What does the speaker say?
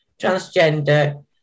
transgender